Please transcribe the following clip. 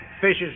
fishes